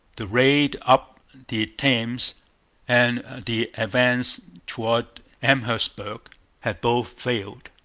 the raid up the thames and the advance towards amherstburg had both failed.